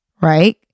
right